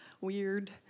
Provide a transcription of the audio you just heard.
weird